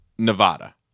Nevada